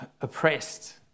oppressed